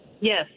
Yes